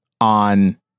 on